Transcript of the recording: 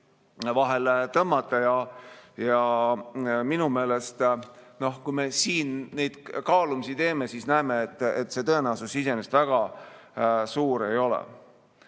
paralleele tõmmata ja minu meelest, kui me siin neid kaalumisi teeme, siis me näeme, et see tõenäosus iseenesest väga suur ei ole.